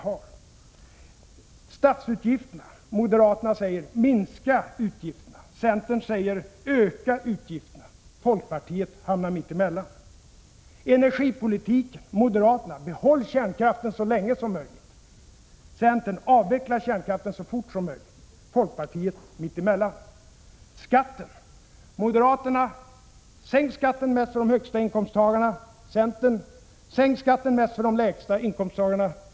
Beträffande statsutgifterna säger moderaterna: Minska utgifterna! Centern säger: Öka utgifterna! Folkpartiet hamnar mitt emellan. Beträffande energi politiken säger moderaterna: Behåll kärnkraften så länge som möjligt! Centern säger: Avveckla kärnkraften så fort som möjligt! Folkpartiet är mitt emellan. När det gäller skatten säger moderaterna: Sänk skatten mest för de högsta inkomsttagarna! Centern säger: Sänk skatten mest för de lägsta inkomsttagarna!